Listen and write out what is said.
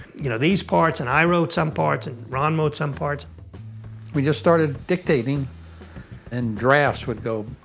you know, these parts, and i wrote some parts, and ron wrote some parts we just started dictating and drafts would go,